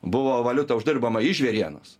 buvo valiuta uždirbama iš žvėrienos